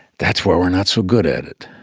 that's where we are not so good at it,